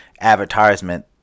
advertisement